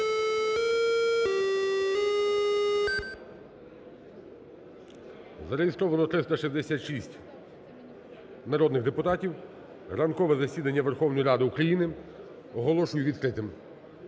Зареєстровано 366 народних депутатів. Ранкове засідання Верховної Ради України оголошую відкритим.